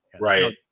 Right